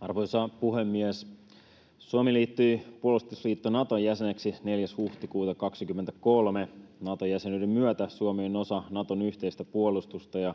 Arvoisa puhemies! Suomi liittyi puolustusliitto Naton jäseneksi 4. huhtikuuta 23. Nato-jäsenyyden myötä Suomi on osa Naton yhteistä puolustusta ja